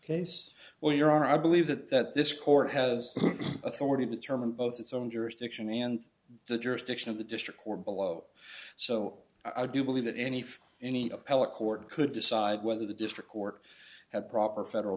case well your honor i believe that this court has authority to determine both its own jurisdiction and the jurisdiction of the district court below so i do believe that any any appellate court could decide whether the district court had proper federal